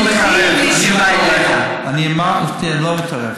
אני אמרתי: לא מתערב,